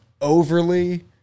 overly